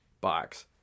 box